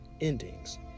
endings